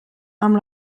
amb